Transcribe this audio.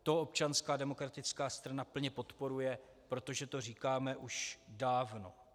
To Občanská demokratická strana plně podporuje, protože to říkáme už dávno.